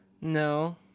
No